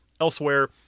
elsewhere